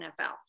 NFL